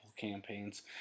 campaigns